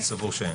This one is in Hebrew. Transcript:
אני סבור שאין.